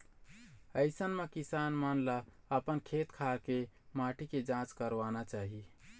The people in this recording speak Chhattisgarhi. अइसन म किसान मन ल अपन खेत खार के माटी के जांच करवाना चाही